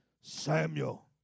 Samuel